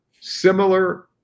similar